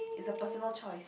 it's a personal choice